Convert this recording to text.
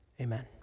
Amen